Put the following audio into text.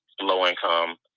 low-income